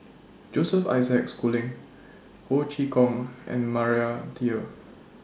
Joseph Isaac Schooling Ho Chee Kong and Maria Dyer